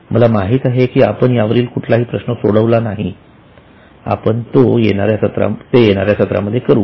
मला माहिती आहे की आपण यावरील कुठलाही प्रश्न सोडवला नाही आपण ते येणाऱ्या सत्रांमध्ये करू